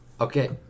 Okay